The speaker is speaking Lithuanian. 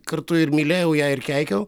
kartu ir mylėjau ją ir keikiau